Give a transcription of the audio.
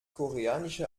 koreanische